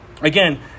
Again